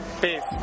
Peace